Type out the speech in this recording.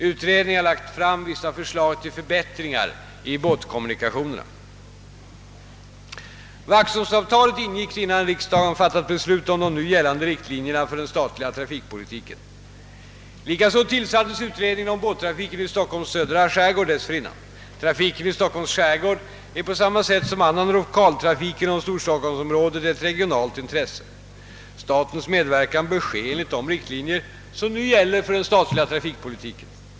Utredningen har lagt fram vissa förslag till förbättringar i båtkommunikationerna. Vaxholmsavtalet ingicks innan riksdagen fattat beslut om de nu gällande riktlinjerna för den statliga trafikpolitiken. Likaså tillsattes utredningen om båttrafiken i Stockholms södra skärgård dessförinnan. Trafiken i Stockholms skärgård är på samma sätt som annan lokaltrafik inom storstockholmsområdet ett regionalt intresse. Statens medverkan bör ske enligt de riktlinjer som nu gäller för den statliga trafikpolitiken.